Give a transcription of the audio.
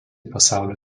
pasaulio